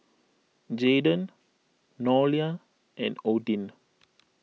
Jaydon Nolia and Odin